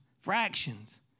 fractions